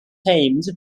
thames